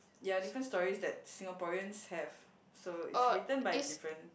ya different stories that Singaporeans have so it's written by different